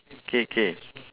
okay okay